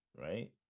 right